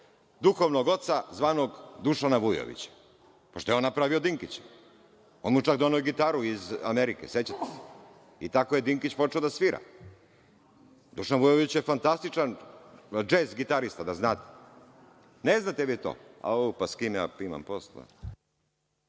duhovnog oca, zvanog Dušana Vujovića, pošto je on napravio Dinkića. On mu je čak doneo gitaru iz Amerike, sećate se? Tako je Dinkić počeo da svira. Dušan Vujović je fantastičan džez gitarista, da znate. Ne znate vi to? Au, pa s kim ja imam posla?